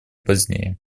позднее